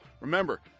remember